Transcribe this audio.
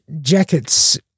jackets